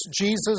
Jesus